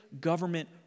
government